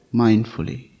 mindfully